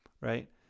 Right